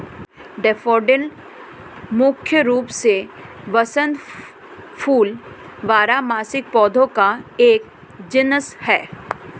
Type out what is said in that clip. daffodil मुख्य रूप से वसंत फूल बारहमासी पौधों का एक जीनस है